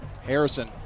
Harrison